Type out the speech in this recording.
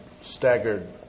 staggered